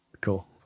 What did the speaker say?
Cool